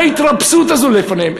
מה ההתרפסות הזו לפניהם?